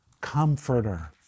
comforter